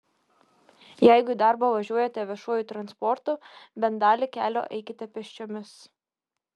jeigu į darbą važiuojate viešuoju transportu bent dalį kelio eikite pėsčiomis